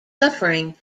suffering